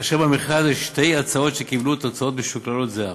כאשר יש במכרז שתי הצעות שקיבלו תוצאה משוקללת זהה,